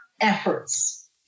efforts